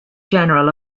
general